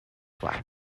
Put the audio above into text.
flag